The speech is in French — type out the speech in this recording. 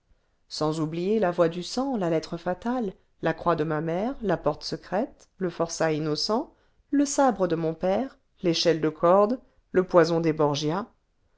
sans oublier la voix du sang la lettre fatale la croix de ma mère la porte secrète leforçat innocent le sabre de mon père v échelle de corde le poison